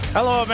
Hello